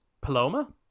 paloma